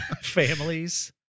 Families